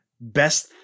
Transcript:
best